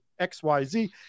XYZ